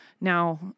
Now